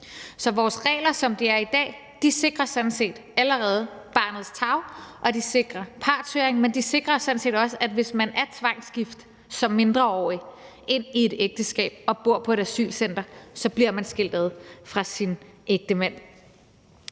Så vores regler, som de er i dag, sikrer sådan set allerede barnets tarv, og de sikrer partshøring, men de sikrer sådan set også, at hvis man er tvangsgift som mindreårig, er i et ægteskab og bor på et asylcenter, bliver man skilt ad fra sin ægtemand.